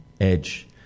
edge